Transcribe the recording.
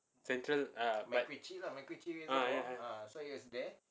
central err mac~ ah ya